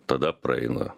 tada praeina